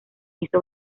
hizo